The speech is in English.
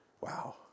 wow